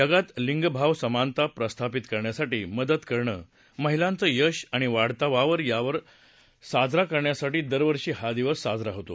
जगात लिंगभावसमानता प्रस्थापित करण्यासाठी मदत करणं महिलांचं यश आणि वाढता वावर साजरा करण्यासाठी दरवर्षी हा दिवस साजरा होतो